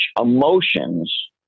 emotions